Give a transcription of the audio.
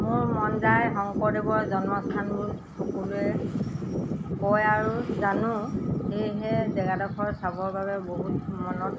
মোৰ মন যায় শংকৰদেৱৰ জন্মস্থানবোৰ সকলোৱে কয় আৰু জানোঁ সেয়েহে জেগাডোখৰ চাবৰ বাবে বহুত মনত